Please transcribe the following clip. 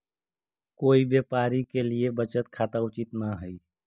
कोई व्यापारी के लिए बचत खाता उचित न हइ